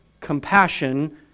Compassion